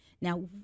Now